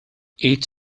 each